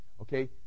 okay